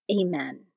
Amen